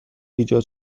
ایجاد